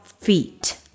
feet